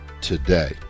today